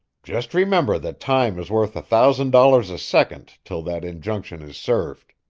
just remember that time is worth a thousand dollars a second till that injunction is served.